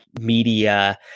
media